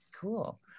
Cool